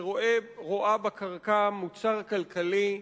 שרואה בקרקע מוצר כלכלי,